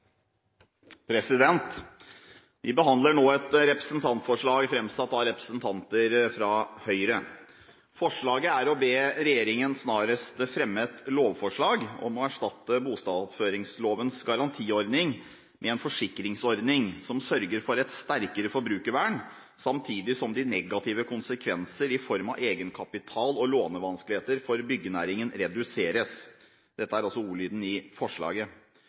å be regjeringen «snarest fremme lovforslag om å erstatte bustadoppføringslovas garantiordning med en forsikringsordning som sørger for et sterkere forbrukervern, samtidig som de negative konsekvenser i form av egenkapital- og lånevanskeligheter for byggenæringen reduseres.» Dette er altså ordlyden i forslaget.